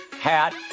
hat